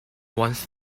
once